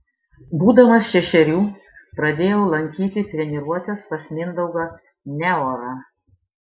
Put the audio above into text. būdamas šešerių pradėjau lankyti treniruotes pas mindaugą neorą